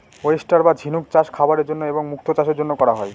oyster বা ঝিনুক চাষ খাবারের জন্য এবং মুক্তো চাষের জন্য করা হয়